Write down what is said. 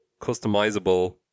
customizable